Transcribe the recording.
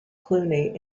cluny